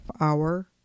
hour